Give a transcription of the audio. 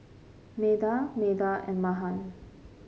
Medha Medha and Mahan